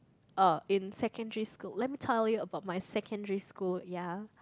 uh in secondary school let me tell you about my secondary school ya